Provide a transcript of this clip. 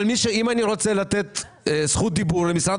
אבל אם אני רוצה לתת זכות דיבור למשרד